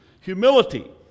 Humility